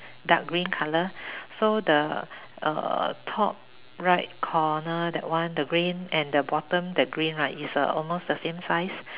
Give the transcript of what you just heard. dark green color so the err top right corner that one the green and the bottom the green right is uh almost the same size